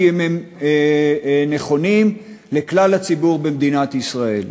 כי הם נכונים לכלל הציבור במדינת ישראל.